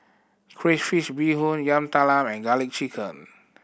crayfish beehoon Yam Talam and Garlic Chicken